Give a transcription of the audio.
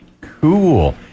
Cool